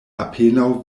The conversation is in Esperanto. apenaŭ